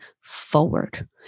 forward